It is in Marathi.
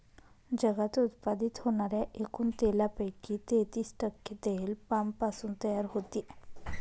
जगात उत्पादित होणाऱ्या एकूण तेलापैकी तेहतीस टक्के तेल पामपासून तयार होते